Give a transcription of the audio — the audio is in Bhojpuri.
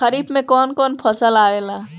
खरीफ में कौन कौन फसल आवेला?